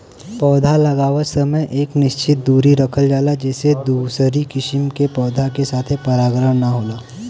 पौधा लगावत समय एक निश्चित दुरी रखल जाला जेसे दूसरी किसिम के पौधा के साथे परागण ना होला